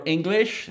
English